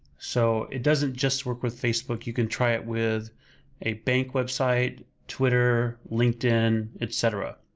so it doesn't just work with facebook, you can try it with a bank website, twitter, linkedin, etc.